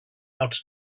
out